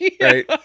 Right